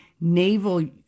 naval